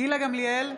גילה גמליאל,